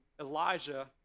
Elijah